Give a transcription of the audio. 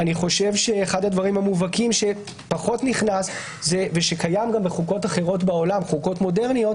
אחד הדברים המובהקים שפחות נכנס ושקיים בחוקות אחרות מודרניות